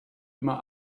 immer